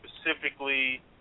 specifically